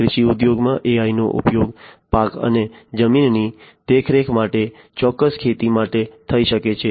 કૃષિ ઉદ્યોગમાં AIનો ઉપયોગ પાક અને જમીનની દેખરેખ માટે ચોક્કસ ખેતી માટે થઈ શકે છે